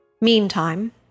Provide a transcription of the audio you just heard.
Meantime